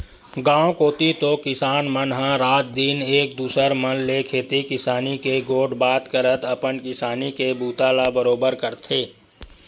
गाँव कोती तो किसान मन ह रात दिन एक दूसर मन ले खेती किसानी के गोठ बात करत अपन किसानी के बूता ला बरोबर करथे